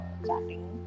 chatting